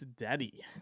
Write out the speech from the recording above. Daddy